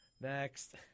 next